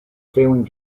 failing